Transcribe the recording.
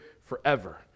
forever